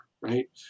right